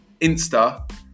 Insta